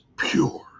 pure